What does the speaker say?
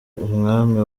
umwami